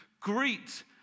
Greet